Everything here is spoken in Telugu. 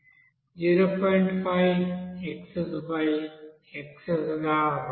5xsxs గా వ్రాయవచ్చు